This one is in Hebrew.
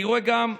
אני רואה גם,